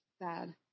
sad